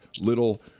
little